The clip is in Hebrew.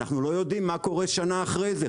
אנחנו לא יודעים מה קורה שנה אחרי זה,